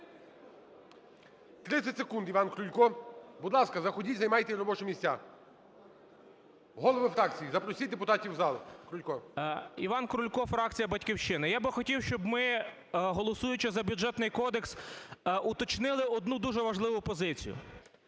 30 секунд, Іван Крулько. Будь ласка, заходьте, займайте робочі місця. Голови фракцій, запросіть депутатів у зал. Крулько. 12:59:33 КРУЛЬКО І.І. Іван Крулько, фракція "Батьківщина". Я би хотів, щоб ми, голосуючи за Бюджетний кодекс, уточнили одну дуже важливу позицію.